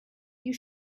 you